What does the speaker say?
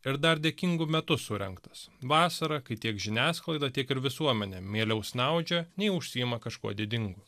ir dar dėkingu metu surengtas vasarą kai tiek žiniasklaida tiek ir visuomenė mieliau snaudžia nei užsiima kažkuo didingu